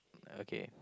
okay